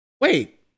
Wait